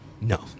No